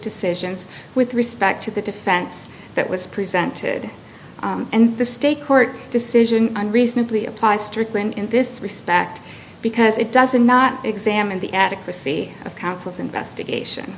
decisions with respect to the defense that was presented and the state court decision unreasonably apply stricklin in this respect because it doesn't not examine the adequacy of counsel's investigation